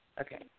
Okay